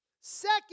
Second